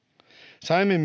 saimme